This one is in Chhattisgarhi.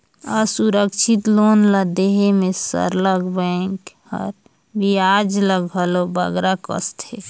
असुरक्छित लोन ल देहे में सरलग बेंक हर बियाज ल घलो बगरा कसथे